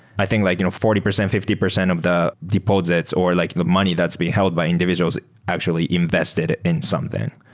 i think like you know forty percent, fifty percent of the deposits or like the money that's being held by individuals actually invested in something.